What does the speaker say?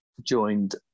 joined